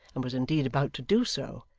and was indeed about to do so,